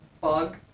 bug